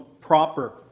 proper